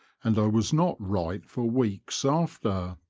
and i was not right for weeks after.